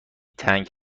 تنگ